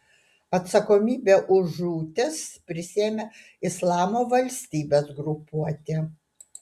atsakomybę už žūtis prisiėmė islamo valstybės grupuotė